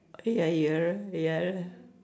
ya ya ya